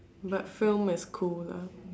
but film is cool lah